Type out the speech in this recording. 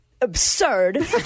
absurd